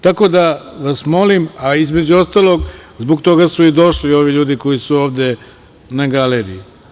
Tako da, molim vas, a između ostalog zbog toga su i došli ovi ljudi koji su ovde na galeriji.